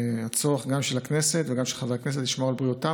והצורך של הכנסת ושל חברי הכנסת לשמור על בריאותם.